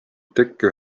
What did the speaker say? tekke